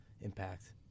impact